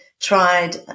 tried